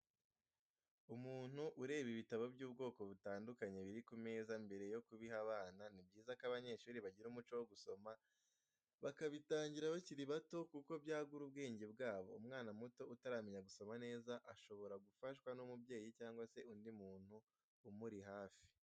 Umuntu ureba ibitabo by'ubwoko butandukanye biri ku meza mbere yo kubiha abana, ni byiza ko abanyeshuri bagira umuco wo gusoma bakabitangira bakiri bato kuko byagura ubwenge bwabo, umwana muto utaramenya gusoma neza shobora gufashwa n'umubyeyi cyangwa se undi muntu umuri hafi.